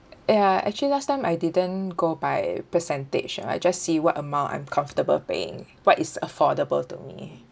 ya actually last time I didn't go by percentage ah I just see what amount I'm comfortable paying what is affordable to me